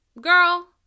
Girl